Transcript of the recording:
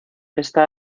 esta